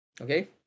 okay